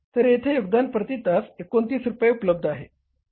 तर येथे योगदान प्रती तास 29 रुपये उपलब्ध आहे